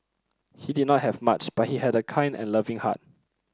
he did not have much but he had a kind and loving heart